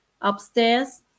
upstairs